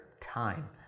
time